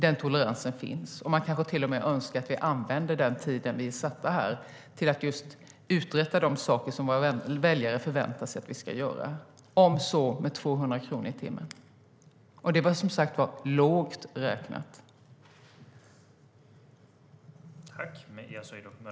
Man kanske till och med önskar att vi använder den tid vi är satta här till att just uträtta de saker som våra väljare förväntar sig att vi ska göra, om så med 200 kronor i timmen. Det var som sagt var lågt räknat.